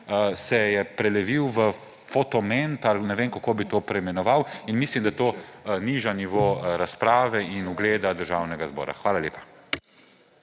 se je prelevil v »fotoment« ali ne vem, kako bi to preimenoval. Mislim, da to niža nivo razprave in ugleda Državnega zbora. Hvala lepa.